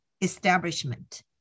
establishment